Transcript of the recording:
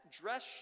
dress